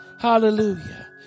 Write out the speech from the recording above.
Hallelujah